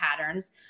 patterns